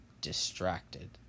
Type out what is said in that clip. distracted